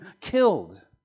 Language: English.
killed